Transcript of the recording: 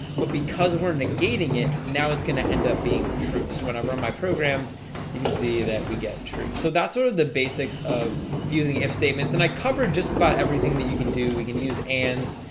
but because we're negating it now, it's gonna end up being true so when i run my program you can see that we get true so that's sort of the basics of using if statements and i cover just about everything that you can do we can use ands,